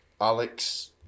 Alex